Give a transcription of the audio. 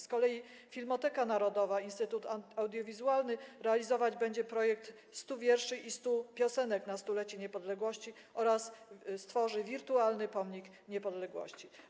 Z kolei Filmoteka Narodowa - Instytut Audiowizualny realizować będzie projekt 100 wierszy i 100 piosenek na 100-lecie niepodległości oraz stworzy wirtualny pomnik niepodległości.